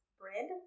bread